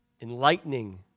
enlightening